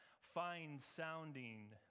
fine-sounding